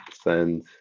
send